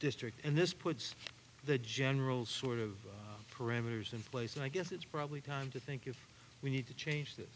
district and this puts the general sort of parameters in place and i guess it's probably time to think if we need to change that